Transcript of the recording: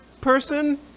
person